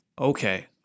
Okay